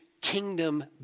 kingdom